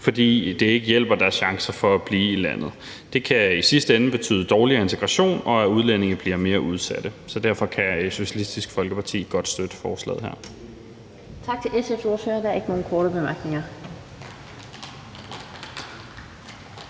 fordi det ikke hjælper i forhold til deres chancer for at blive i landet. Det kan i sidste ende betyde dårligere integration, og at udlændinge bliver mere udsatte. Så derfor kan Socialistisk Folkeparti godt støtte forslaget her. Kl. 15:19 Den fg. formand (Annette Lind):